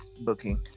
booking